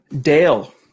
Dale